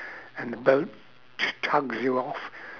and the boat just tugs you off